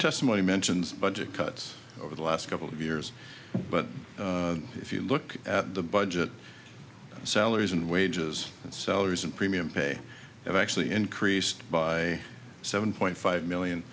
testimony mentions budget cuts over the last couple of years but if you look at the budget salaries and wages and salaries in premium pay have actually increased by seven point five million